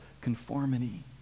conformity